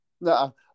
No